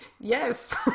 yes